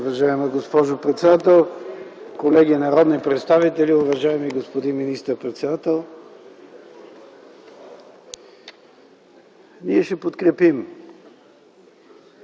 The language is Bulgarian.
Уважаема госпожо председател, колеги народни представители, уважаеми господин министър-председател! Ние ще подкрепим